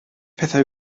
pethau